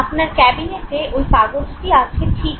আপনার ক্যাবিনেটে ঐ কাগজটি আছে ঠিকই